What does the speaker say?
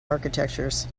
architectures